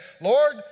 Lord